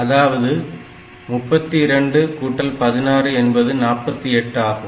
அதாவது 32 கூட்டல் 16 என்பது 48 ஆகும்